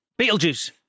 Beetlejuice